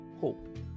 Hope